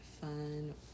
fun